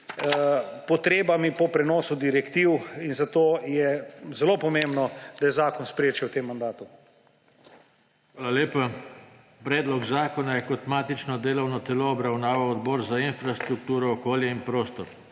potrebami po prenosu direktiv, zato je zelo pomembno, da je zakon sprejet še v tem mandatu. PODPREDSEDNIK JOŽE TANKO: Hvala lepa. Predlog zakona je kot matično delovno telo obravnaval Odbor za infrastrukturo, okolje in prostor.